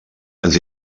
ens